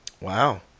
Wow